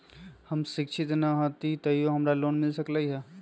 हम शिक्षित न हाति तयो हमरा लोन मिल सकलई ह?